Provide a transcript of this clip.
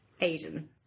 Aiden